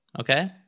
okay